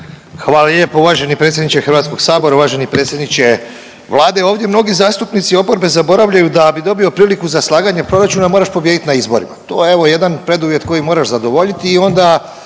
Hvala lijepo uvaženi predsjedniče HS. Uvaženi predsjedniče Vlade, ovdje mnogi zastupnici oporbe zaboravljaju da bi dobio priliku za slaganje proračuna moraš pobijediti na izborima, to je evo jedan preduvjet koji moraš zadovoljiti